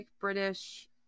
British